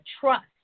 trust